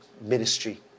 ministry